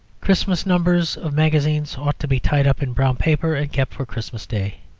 christmas numbers of magazines ought to be tied up in brown paper and kept for christmas day.